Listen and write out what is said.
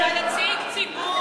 אתה נציג ציבור.